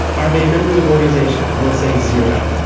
are they members of organizations? most say zero.